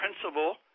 principle